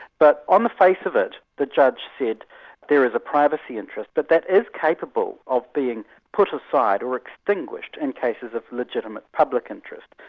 but on the face of it, the judge said there is a privacy interest. but that is capable of being put aside or extinguished in cases of legitimate public interest.